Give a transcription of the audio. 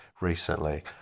recently